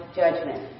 judgment